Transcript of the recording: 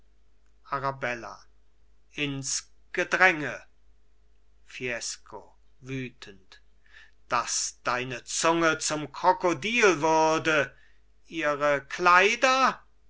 arabella ins gedränge fiesco wütend daß deine zunge zum krokodil würde ihre kleider